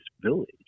village